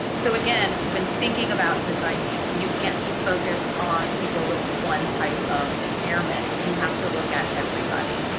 so again, when thinking about designing, you can't just focus on people with one type of impairment. you have to look at everybody.